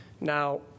Now